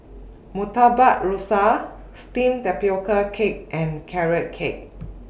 Murtabak Rusa Steamed Tapioca Cake and Carrot Cake